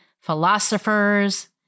philosophers